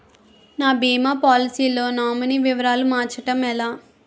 నా భీమా పోలసీ లో నామినీ వివరాలు మార్చటం ఎలా?